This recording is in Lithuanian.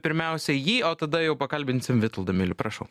pirmiausia jį o tada jau pakalbinsim vitoldą milių prašau